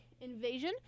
Invasion